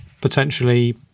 potentially